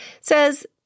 says